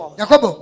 jacob